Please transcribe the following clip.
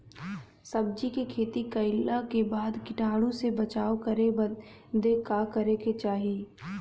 सब्जी के खेती कइला के बाद कीटाणु से बचाव करे बदे का करे के चाही?